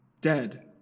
dead